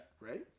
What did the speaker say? Right